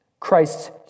Christ's